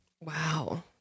Wow